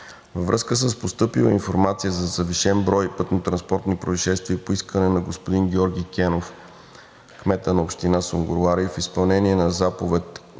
Във връзка с постъпила информация за завишен брой пътнотранспортни произшествия по искане на господин Георги Кенов, кмет на Община Сунгурларе, и в изпълнение на Заповед